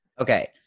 Okay